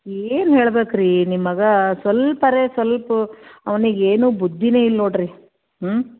ಏನು ಹೇಳಬೇಕ್ರೀ ನಿಮ್ಮ ಮಗ ಸ್ವಲ್ಪಾರೇ ಸ್ವಲ್ಪೂ ಅವ್ನಿಗೆ ಏನೂ ಬುದ್ಧಿಯೇ ಇಲ್ಲ ನೋಡಿರಿ ಹ್ಞೂ